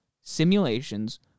simulations